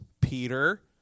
Peter